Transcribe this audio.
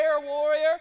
warrior